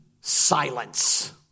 silence